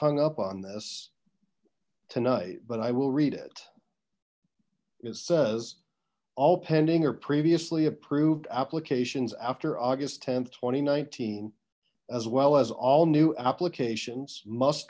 hung up on this tonight but i will read it it says all pending or previously approved applications after august th two thousand and nineteen as well as all new applications must